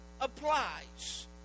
applies